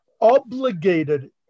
obligated